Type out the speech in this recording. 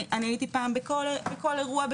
הייתי בכל אירוע,